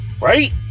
Right